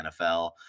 NFL